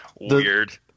weird